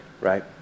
right